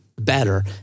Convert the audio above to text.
better